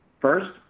First